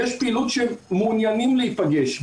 יש פעילות שמעוניינים להיפגש,